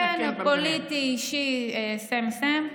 כן, פוליטי, אישי, same same.